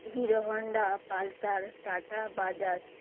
hero Honda Pulsar Tata Bajaj